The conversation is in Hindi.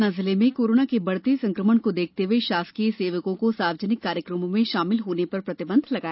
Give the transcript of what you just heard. सतना जिले में कोरोना के बढ़ते संक्रमण को देखते हुए शासकीय सेवकों को सार्वजनिक कार्यक्रमों में शामिल होने पर प्रतिबंध लगाया है